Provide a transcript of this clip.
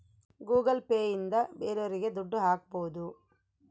Google Pay ಇಂದ ಬೇರೋರಿಗೆ ದುಡ್ಡು ಹಾಕ್ಬೋದು